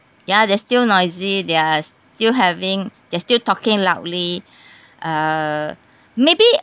ya they're still noisy they are still having they are still talking loudly uh maybe